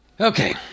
Okay